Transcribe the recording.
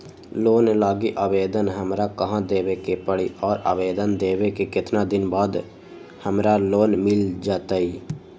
Loan लागी आवेदन हमरा कहां देवे के पड़ी और आवेदन देवे के केतना दिन बाद हमरा लोन मिल जतई?